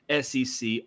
SEC